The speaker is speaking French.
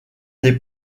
des